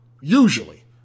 usually